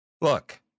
look